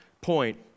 point